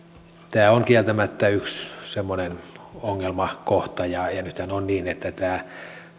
tämä on kieltämättä yksi semmoinen ongelmakohta ja ja nythän on niin että tämä